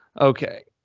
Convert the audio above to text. Okay